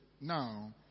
now